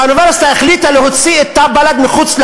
האוניברסיטה החליטה להוציא את תא בל"ד מחוץ,